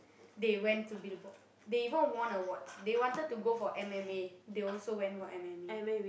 they went to billboard they even won awards they wanted to go for m_m_a they also went for m_m_a